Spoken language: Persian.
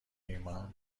ایمان